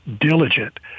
diligent